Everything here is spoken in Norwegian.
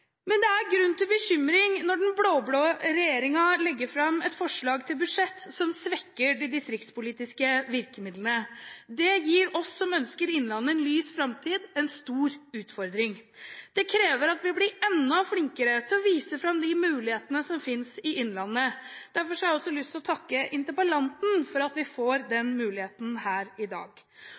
Det er grunn til bekymring når den blå-blå regjeringen legger fram et forslag til budsjett som svekker de distriktspolitiske virkemidlene. Det gir oss som ønsker innlandet en lys framtid, en stor utfordring. Det krever at vi blir enda flinkere til å vise fram de mulighetene som finnes i innlandet. Derfor har jeg lyst til å takke interpellanten for at vi får den muligheten her i dag.